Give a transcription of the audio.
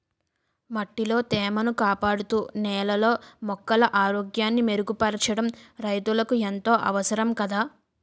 మట్టిలో తేమను కాపాడుతూ, నేలలో మొక్కల ఆరోగ్యాన్ని మెరుగుపరచడం రైతులకు ఎంతో అవసరం కదా